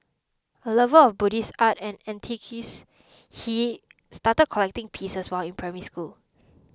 a lover of Buddhist art and antiquities he started collecting pieces while in Primary School